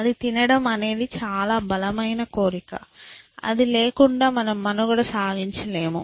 అది తినడం అనేది చాలా బలమైన కోరిక అది లేకుండా మనం మనుగడ సాగించలేము